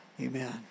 Amen